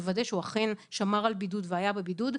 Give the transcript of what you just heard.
-- לוודא שהוא אכן שמר על בידוד והיה בבידוד,